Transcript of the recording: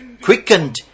quickened